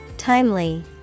Timely